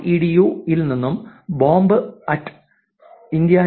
EDU ഇൽ നിന്നും Bob Indiana